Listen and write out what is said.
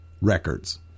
records